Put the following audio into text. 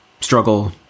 struggle